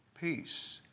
Peace